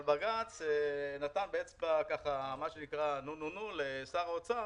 אבל בג"ץ נתן באצבע נו-נו-נו לשר האוצר,